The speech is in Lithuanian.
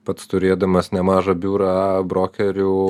pats turėdamas nemažą biurą brokerių